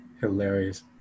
Hilarious